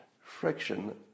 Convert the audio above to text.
Friction